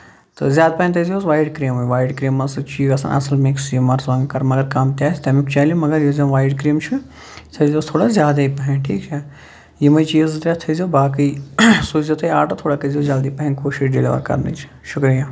تہٕ زیادٕ پَہن تھٲے زیوس وایِٹ کریٖم وایِٹ کریٖم منٛز سُہ تہِ چھُ یہِ گژھان اَصٕل مِکٕس مَرژٕوانگن کۄرمہٕ مَگر کَم تہِ آسہِ تَمیُک چَلہِ مَگر وایِٹ کریٖم چھُ تھٲوزیس تھوڑا زیادٕے پَہن تھیٖک چھا یِمے چیٖز ترٛےٚ تھٲے زیو باقٕے سوٗزیو تُہۍ آرڈر تھوڑا کٔرۍ زیو جلدی پَہن کوٗشِش ڈیلیور کرنٕچ شُکرِیا